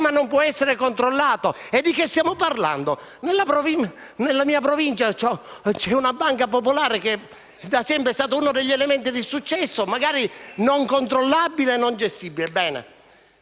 il sistema non può essere controllato? Ma di cosa stiamo parlando? Nella mia Provincia c'è una banca popolare che da sempre è stata uno degli elementi di successo, magari non controllabile e non gestibile.